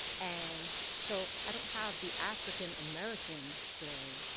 and so i don't have the african-american story.